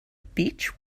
beech